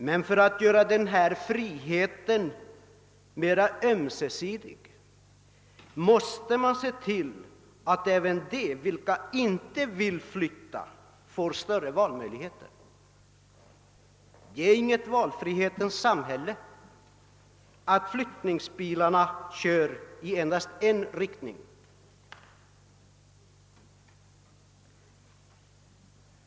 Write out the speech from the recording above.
Men för att göra denna frihet mera ömsesidig måste vi se till att även de vilka inte vill flytta får större valmöjligheter. Det är inget valfrihetens samhälle att flyttningsbilarna kör i endast en riktning.